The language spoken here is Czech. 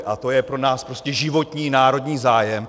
A to je pro nás prostě životní národní zájem.